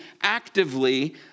actively